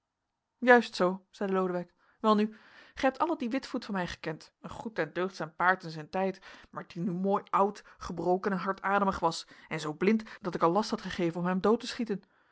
juist zoo zeide lodewijk welnu gij hebt allen dien witvoet van mij gekend een goed en deugdzaam paard in zijn tijd maar die nu mooi oud gebroken en hardademig was en zoo blind dat ik al last had gegeven om hem dood te schieten